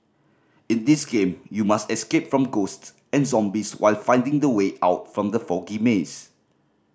in this game you must escape from ghosts and zombies while finding the way out from the foggy maze